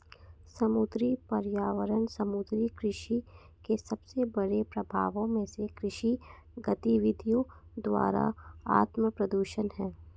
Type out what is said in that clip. समुद्री पर्यावरण समुद्री कृषि के सबसे बड़े प्रभावों में से कृषि गतिविधियों द्वारा आत्मप्रदूषण है